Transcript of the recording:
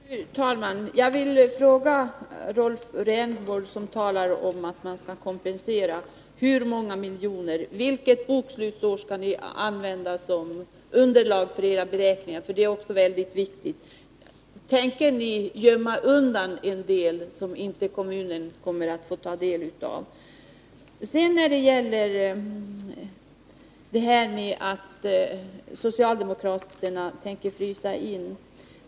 Fru talman! Jag vill fråga Rolf Rämgård, som talar om att man skall kompensera, vilket bokslutsår ni skall använda för era beräkningar. Det är också väldigt viktigt. Tänker ni gömma undan en del, som kommunen inte kommer att få del av? Jag vill ta upp talet om att socialdemokraterna tänker frysa in dessa pengar.